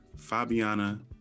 Fabiana